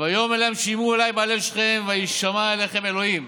"ויאמר להם שמעו אלי בעלי שכם וישמע אליכם אלהים.